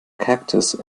cactus